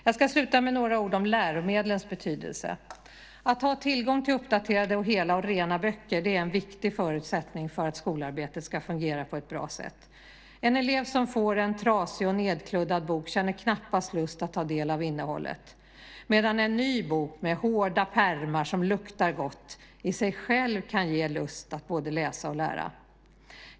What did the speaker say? Jag ska avsluta med några ord om läromedlens betydelse. Att man har tillgång till uppdaterade och hela och rena böcker är en viktig förutsättning för att skolarbetet ska fungera på ett bra sätt. En elev som får en trasig och nedkluddad bok känner knappast lust att ta del av innehållet, medan en ny bok, med hårda pärmar som luktar gott, i sig själv kan ge lust både att läsa och lära.